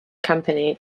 company